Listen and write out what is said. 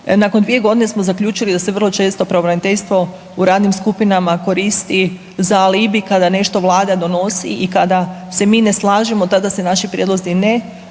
nakon 2 godine smo zaključili da se vrlo često pravobraniteljstvo u radnim skupinama koristi za alibi kada nešto Vlada donosi i kada se mi ne slažemo tada se naši prijedlozi na